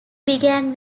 began